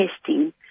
testing